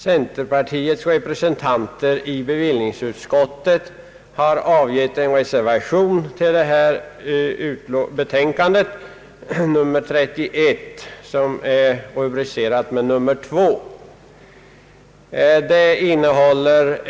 Centerpartiets representanter i bevillningsutskottet har till betänkandet nr 31 avgett en reservation, betecknad med nr 2.